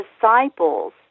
disciples